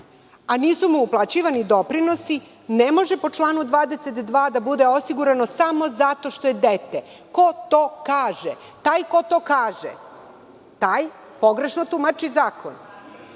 a nisu mu uplaćivani doprinosi, ne može po članu 22. da bude osiguran samo zato što je dete? Ko to kaže? Taj ko to kaže, taj pogrešno tumači zakon. Hajde